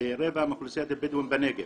זה רבע מאוכלוסיית הבדואים בנגב,